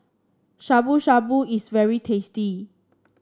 Shabu Shabu is very tasty